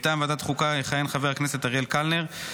מטעם ועדת החוקה יכהן חבר הכנסת אריאל קלנר.